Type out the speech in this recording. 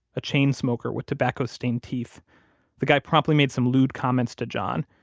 a chain smoker with tobacco-stained teeth the guy promptly made some lewd comments to john.